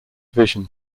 vision